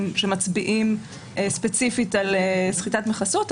שמצביעים ספציפית על סחיטת דמי חסות,